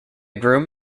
groom